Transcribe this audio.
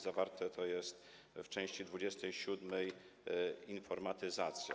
Zawarte to jest w części 27: Informatyzacja.